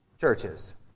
churches